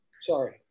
Sorry